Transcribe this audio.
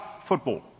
football